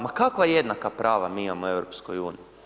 Ma kakva jednaka prava mi imamo u EU?